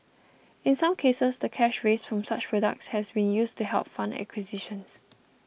in some cases the cash raised from such products has been used to help fund acquisitions